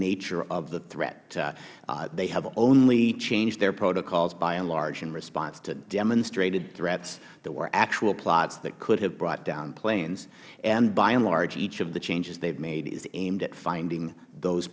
nature of the threat they have only changed their protocols by and large in response to demonstrated threats that were actual plots that could have brought down planes and by and large each of the changes they have made is aimed at finding those